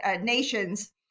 Nations